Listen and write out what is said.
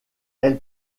elle